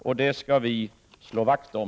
Och det skall vi slå vakt om.